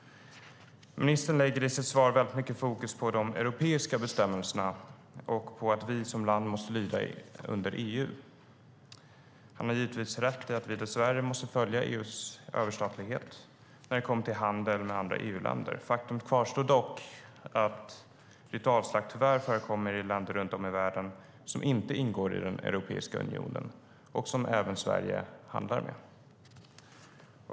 Ministern lägger i sitt svar väldigt mycket fokus på de europeiska bestämmelserna och på att vi som land måste lyda under EU. Han har givetvis rätt i att vi dess värre måste följa EU:s överstatlighet när det kommer till handel med andra EU-länder. Faktum kvarstår dock att ritualslakt tyvärr förekommer i länder runt om i världen som inte ingår i den europeiska unionen och som även Sverige handlar med.